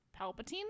Palpatine